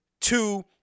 two